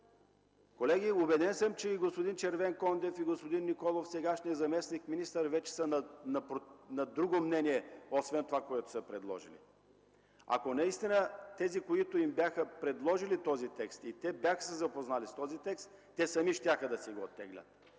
Колеги, убеден съм, че и господин Червенкондев, и господин Николов – сегашният заместник-министър, вече са на друго мнение от това, което са предложили. Ако наистина тези, които бяха предложили текста, се бяха запознали с него, сами щяха да си го оттеглят.